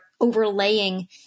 overlaying